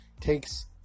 takes